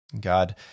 God